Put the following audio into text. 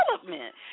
development